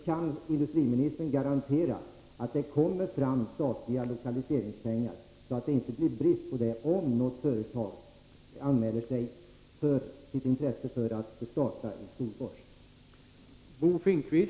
Kan industriministern garantera att det kommer fram statliga lokaliseringspengar, så att det inte blir brist på sådana om något företag anmäler sitt intresse för att starta i Storfors?